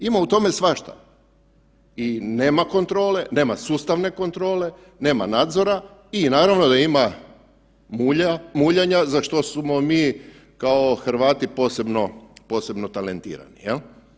Ima u tome svašta i nema kontrole, nema sustavne kontrole, nema nadzora i naravno da ima muljanja za što smo mi kao Hrvati posebno, posebno talentirani jel.